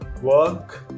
Work